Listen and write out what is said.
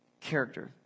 character